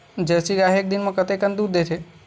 Jersey गाय ह एक दिन म कतेकन दूध देथे?